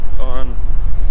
on